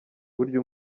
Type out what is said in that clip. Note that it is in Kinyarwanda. burya